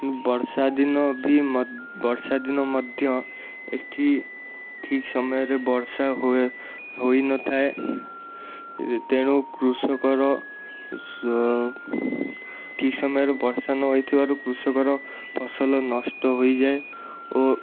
ବର୍ଷାଦିନ ବି ମ ବର୍ଷା ଦିନ ମଧ୍ୟ ଏଇଠି ଠିକ୍ ସମୟରେ ବର୍ଷା ହୁଏ ହୋଇନଥାଏ ତେଣୁ କୃଷକର ଶ ଠିକ୍ ସମୟରେ ବର୍ଷା ନହେଇଥିବାରୁ କୃଷକର ଫସଲ ନଷ୍ଟ ହୋଇଯାଏ ଓ